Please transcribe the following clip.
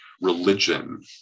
religion